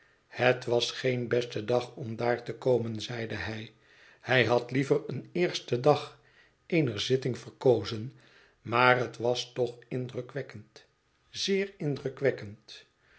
het was geen beste dag om daar te komen zeide hij hij had liever een eersten dag eener zitting verkozen maar het was toch indrukwekkend zeer indrukwekkend